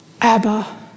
Abba